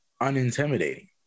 unintimidating